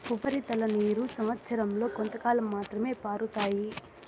ఉపరితల నీరు సంవచ్చరం లో కొంతకాలం మాత్రమే పారుతాయి